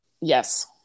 Yes